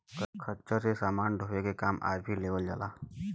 खच्चर से समान ढोवे के काम आज भी लेवल जाला